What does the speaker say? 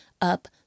up